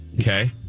Okay